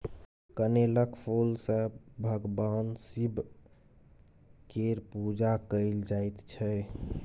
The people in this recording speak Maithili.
कनेलक फुल सँ भगबान शिब केर पुजा कएल जाइत छै